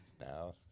now